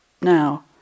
now